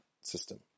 system